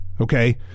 okay